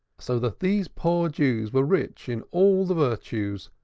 so that these poor jews were rich in all the virtues,